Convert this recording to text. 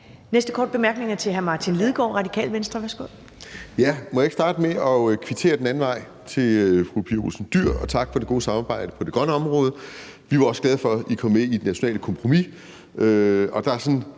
Næste korte bemærkning er til hr. Martin Lidegaard, Radikale Venstre. Værsgo. Kl. 11:08 Martin Lidegaard (RV): Må jeg ikke starte med at kvittere den anden vej over for fru Pia Olsen Dyhr og takke for det gode samarbejde på det grønne område. Vi er jo også glade for, at I er kommet med i det nationale kompromis,